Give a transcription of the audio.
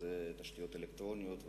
תשתיות אלקטרוניות ואחרות,